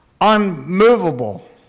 unmovable